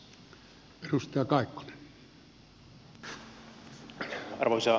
arvoisa puhemies